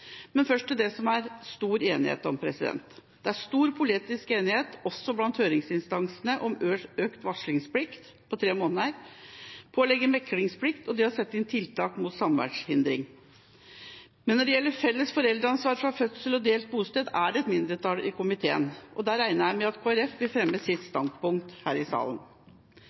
Først til det som det er stor enighet om: Det er stor politisk enighet, også blant høringsinstansene, om å øke varslingsplikten til tre måneder, pålegge meklingsplikt og å sette inn tiltak mot samværshindring. Når det gjelder felles foreldreansvar fra fødsel og delt bosted, regner jeg med at Kristelig Folkeparti, som utgjør mindretallet, vil fremme sitt standpunkt her i salen.